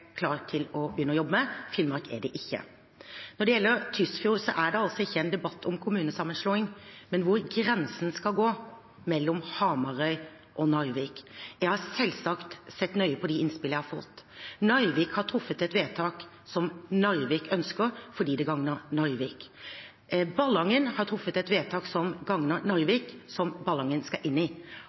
klar til å begynne å jobbe med – Finnmark er det ikke. Når det gjelder Tysfjord, er det ikke en debatt om kommunesammenslåing, men om hvor grensen skal gå mellom Hamarøy og Narvik. Jeg har selvsagt sett nøye på de innspillene jeg har fått. Narvik har truffet et vedtak som Narvik ønsker fordi det gagner Narvik. Ballangen har truffet et vedtak som gagner Narvik, som Ballangen skal inn i.